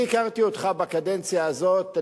אני הכרתי אותך בקדנציה הזאת,